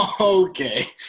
Okay